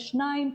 ושתיים,